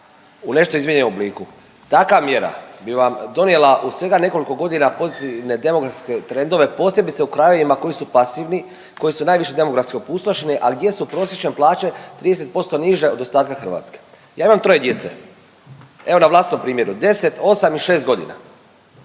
u nešto izmijenjenom obliku? Takva mjera bi vam donijela u svega nekoliko godina pozitivne demografske trendove, posebice u krajevima koji su pasivni, koji su najviše demografski opustošeni, a gdje su prosječne plaće 30% niže od ostatka Hrvatske. Ja imam troje djece, evo na vlastitom primjeru, 10, 8 i 6.g.,